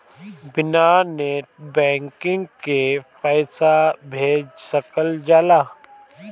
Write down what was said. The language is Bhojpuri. बिना नेट बैंकिंग के पईसा भेज सकल जाला?